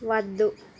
వద్దు